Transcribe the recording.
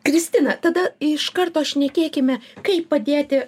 kristina tada iš karto šnekėkime kaip padėti